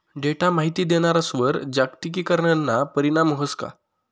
Data माहिती देणारस्वर जागतिकीकरणना परीणाम व्हस का?